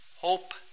hope